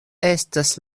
estas